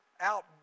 out